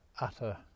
utter